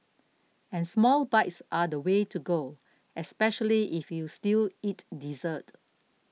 and small bites are the way to go especially if you still eat dessert